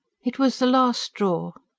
it was the last straw.